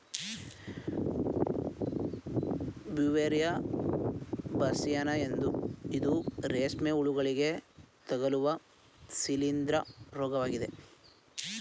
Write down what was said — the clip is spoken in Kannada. ಬ್ಯೂವೇರಿಯಾ ಬಾಸ್ಸಿಯಾನ ಇದು ರೇಷ್ಮೆ ಹುಳುಗಳಿಗೆ ತಗಲುವ ಶಿಲೀಂದ್ರ ರೋಗವಾಗಿದೆ